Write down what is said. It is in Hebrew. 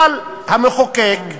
אבל המחוקק,